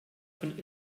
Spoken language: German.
von